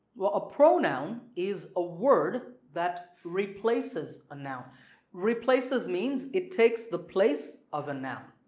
a pronoun is a word that replaces a noun replaces means it takes the place of a noun.